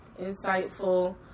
insightful